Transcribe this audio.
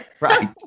Right